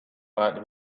but